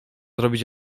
robić